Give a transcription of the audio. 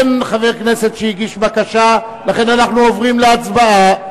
אין חבר כנסת שהגיש בקשה, לכן אנו עוברים להצבעה,